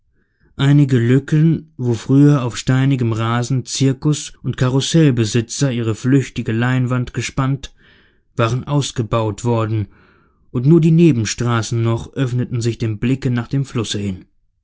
einige lücken wo früher auf steinigem rasen zirkus und karussellbesitzer ihre flüchtige leinwand gespannt waren ausgebaut worden und nur die nebenstraßen noch öffneten sich dem blicke nach dem flusse hin